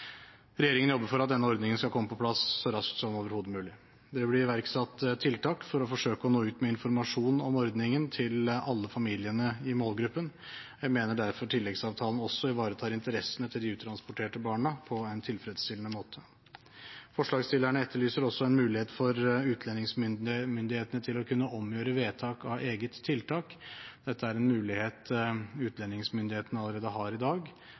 Regjeringen jobber for at denne ordningen skal komme på plass så raskt som overhodet mulig. Det vil bli iverksatt tiltak for å forsøke å nå ut med informasjon om ordningen til alle familiene i målgruppen. Jeg mener derfor tilleggsavtalen også ivaretar interessene til de uttransporterte barna på en tilfredsstillende måte. Forslagsstillerne etterlyser også en mulighet for utlendingsmyndighetene til å kunne omgjøre vedtak av eget tiltak. Dette er en mulighet utlendingsmyndighetene allerede har i dag,